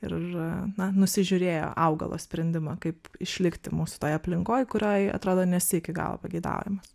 ir na nusižiūrėjo augalo sprendimą kaip išlikti mūsų toj aplinkoj kurioj atrodo nesi iki galo pageidaujamas